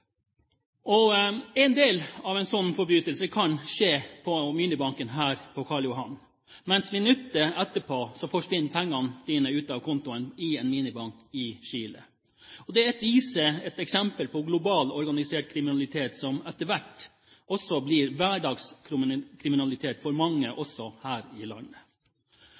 på Karl Johan. Bare minutter etterpå forsvinner pengene dine ut av kontoen i en minibank i Chile. Det er et eksempel på global kriminalitet, som etter hvert også blir hverdagskriminalitet for mange, også her i landet.